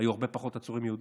היו הרבה פחות עצורים יהודים.